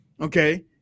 Okay